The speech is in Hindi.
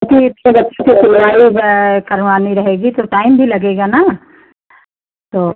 क्योंकि सब अच्छे से सिलवाई करवानी रहेगी तो टाइम भी लगेगा ना तो